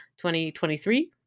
2023